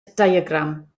diagram